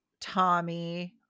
tommy